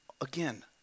Again